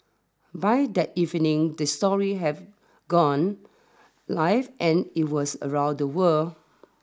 by that evening the story have gone live and it was around the world